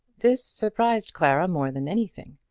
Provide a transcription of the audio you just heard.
this surprised clara more than anything.